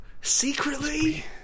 Secretly